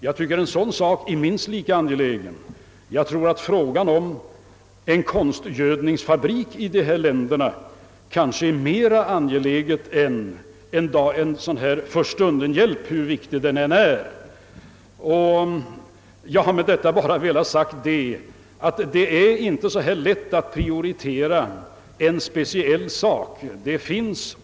Jag tror vidare att t.ex. anläggandet av en konstgödselfabrik är mera angeläget för ett u-land än en sådan här för-stunden-hjälp, hur viktig den än är. Jag har med detta bara velat säga att det inte är så lätt att göra en prioritering när det gäller u-landshjälpen.